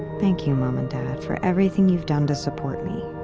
thank you, mom and dad, for everything you've done to support me.